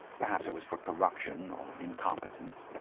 perhaps it was for corruption or incompetence.